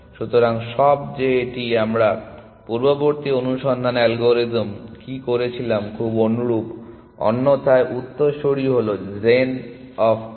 সুতরাং সব যে এটি আমরা পূর্ববর্তী অনুসন্ধান অ্যালগরিদম কি করেছিলাম খুব অনুরূপ অন্যথায় উত্তরসূরি হল জেন অফ n